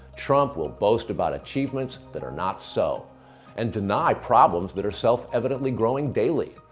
trump will boast about achievements that are not so and deny problems that are self evidently growing daily.